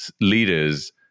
leaders